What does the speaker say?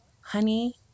honey